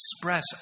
express